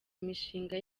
mishinga